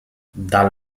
dal